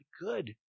good